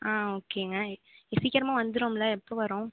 ஆ ஓகேங்க இது சீக்கிரமாக வந்துடும்ல எப்போது வரும்